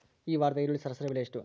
ಈ ವಾರದ ಈರುಳ್ಳಿ ಸರಾಸರಿ ಬೆಲೆ ಎಷ್ಟು?